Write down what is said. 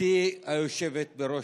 גברתי היושבת בראש,